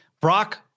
Brock